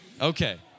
Okay